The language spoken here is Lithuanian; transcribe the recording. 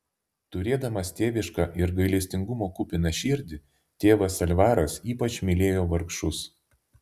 turėdamas tėvišką ir gailestingumo kupiną širdį tėvas alvaras ypač mylėjo vargšus